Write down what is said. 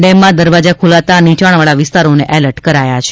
ડેમમાં દરવાજા ખોલાતા નીચાણવાળા વિસ્તારોને એલર્ટ કરાયા છે